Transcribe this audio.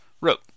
wrote